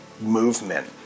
movement